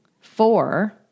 four